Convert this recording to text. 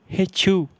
ہیٚچھِو